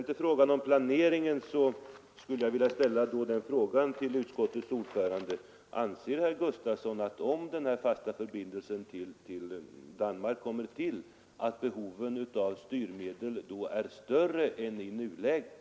Beträffande planeringen skulle jag vilja ställa en fråga till utskottets ordförande: Om den fasta förbindelsen kommer till, anser herr Gustafson att behovet av styrmedel då är större än i nuläget?